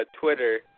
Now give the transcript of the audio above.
Twitter